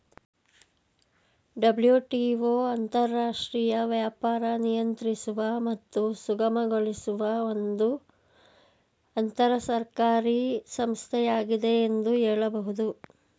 WTO ಅಂತರರಾಷ್ಟ್ರೀಯ ವ್ಯಾಪಾರ ನಿಯಂತ್ರಿಸುವ ಮತ್ತು ಸುಗಮಗೊಳಿಸುವ ಒಂದು ಅಂತರಸರ್ಕಾರಿ ಸಂಸ್ಥೆಯಾಗಿದೆ ಎಂದು ಹೇಳಬಹುದು